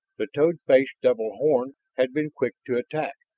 the toad-faced double horn had been quick to attack,